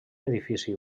edifici